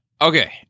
Okay